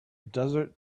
desert